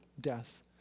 death